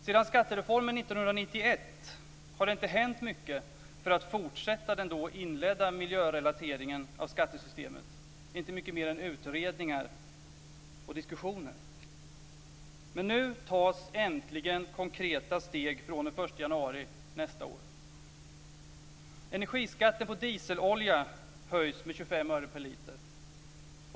Sedan skattereformen 1991 har inte mycket hänt för att fortsätta den då inledda miljörelateringen av skattesystemet - inte mycket mer än utredningar och diskussioner. Nu tas äntligen konkreta steg från den Energiskatten på dieselolja höjs med 25 öre per liter.